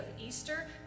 Easter